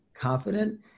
confident